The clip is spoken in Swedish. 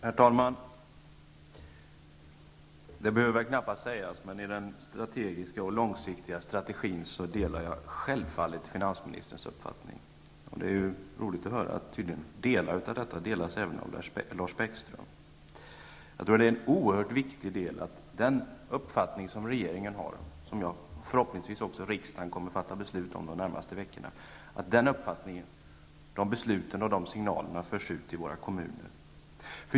Herr talman! Det behöver knappast sägas, men när det gäller den långsiktiga strategin delar jag självfallet finansministerns uppfattning. Det är roligt att höra att Lars Bäckström instämmer i delar av detta. Jag tror att det är oerhört viktigt att den uppfattning som regeringen har, -- och förhoppningsvis kommer riksdagen att fatta beslut i samma riktning de närmaste veckorna -- besluten och signalerna förs ut till våra kommuner.